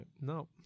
No